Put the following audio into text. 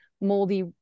moldy